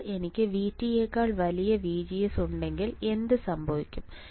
ഇപ്പോൾ എനിക്ക് VT യെക്കാൾ വലിയ VGS ഉണ്ടെങ്കിൽ എന്ത് സംഭവിക്കും